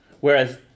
whereas